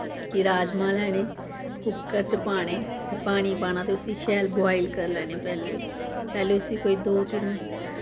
कि राजमाह् लैने कुक्कर च पाने ते पानी पाना ते उस्सी शैल बोआइल करी लैने पैह्लें पैह्लें उस्सी कोई दो तिन्न